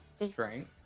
Strength